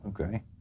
Okay